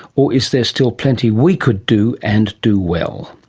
or is there still plenty we could do and do well?